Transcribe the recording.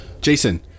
Jason